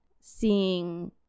Seeing